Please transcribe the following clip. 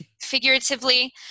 figuratively